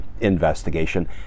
investigation